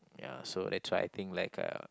ya so I try I think like a